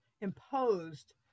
imposed